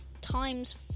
times